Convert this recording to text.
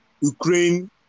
Ukraine